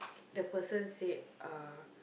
the person said uh